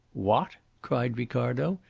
what! cried ricardo.